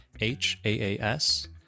H-A-A-S